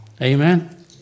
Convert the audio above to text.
Amen